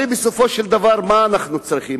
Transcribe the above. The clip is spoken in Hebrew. הרי בסופו של דבר מה אנחנו צריכים,